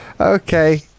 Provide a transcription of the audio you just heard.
Okay